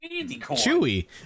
Chewy